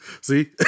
See